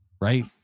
right